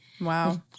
Wow